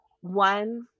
one